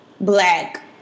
black